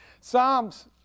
Psalms